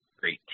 Great